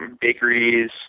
bakeries